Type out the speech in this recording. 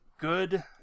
good